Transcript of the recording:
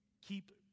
keep